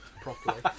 properly